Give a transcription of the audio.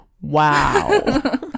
Wow